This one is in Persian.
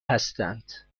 هستند